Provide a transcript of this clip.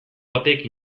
batek